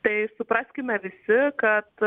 tai supraskime visi kad